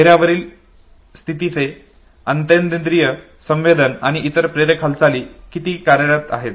चेहऱ्यावरील स्थितीचे अंतरेन्द्रीय संवेदन आणि इतर प्रेरक हालचाली किती कार्यरत आहेत